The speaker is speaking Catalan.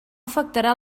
afectarà